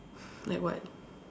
like what